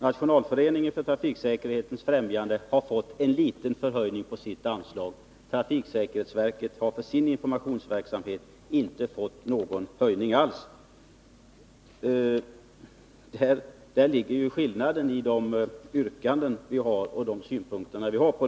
Nationalföreningen för trafiksäkerhetens främjande har fått en liten förhöjning av sitt anslag. Trafiksäkerhetsverket har för sin informationsverksamhet inte fått någon höjning alls. Där ligger ju skillnaden mellan de yrkanden vi har och de synpunkter vi framför.